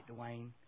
Dwayne